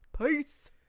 peace